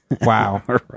Wow